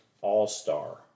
all-star